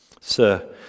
Sir